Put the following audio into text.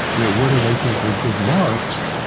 you know what do they think are good marks,